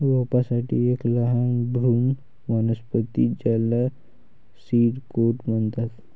रोपांसाठी एक लहान भ्रूण वनस्पती ज्याला सीड कोट म्हणतात